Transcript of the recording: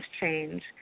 change